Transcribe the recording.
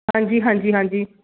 ਹਾਂਜੀ ਹਾਂਜੀ ਹਾਂਜੀ